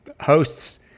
hosts